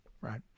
right